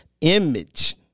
image